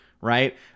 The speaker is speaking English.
right